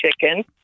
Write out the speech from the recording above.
chicken